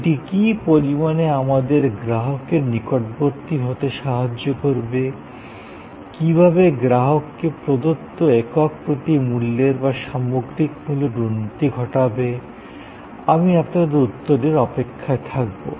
এটি কী পরিমানে আমাদের গ্রাহকের নিকটবর্তী হতে সাহায্য করবে কীভাবে গ্রাহককে প্রদত্ত একক প্রতি মূল্যর বা সামগ্রিক মূল্যর উন্নতি ঘটাবে আমি আপনাদের উত্তরের অপেক্ষায় থাকবো